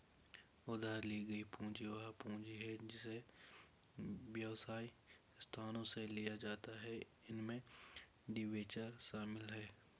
उधार ली गई पूंजी वह पूंजी है जिसे व्यवसाय संस्थानों से लिया जाता है इसमें डिबेंचर शामिल हैं